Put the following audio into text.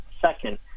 Second